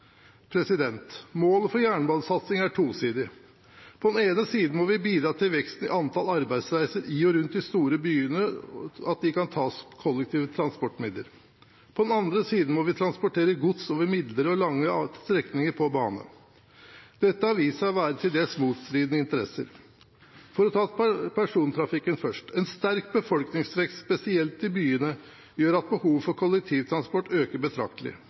Målet for jernbanesatsingen er tosidig. På den ene siden må vi bidra til at veksten i antall arbeidsreiser i og rundt de store byene tas med kollektive transportmidler. På den andre siden må vi transportere gods over midlere og lange strekninger på bane. Dette har vist seg å være til dels motstridende interesser. For å ta persontrafikken først: En sterk befolkningsvekst – spesielt i byene – gjør at behovet for kollektivtransport øker betraktelig.